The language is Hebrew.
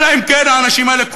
אלא אם כן האנשים האלה,